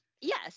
Yes